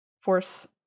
Force